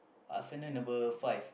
Arsenal number five